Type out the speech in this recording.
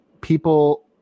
people